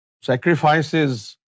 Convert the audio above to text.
Sacrifices